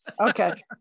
okay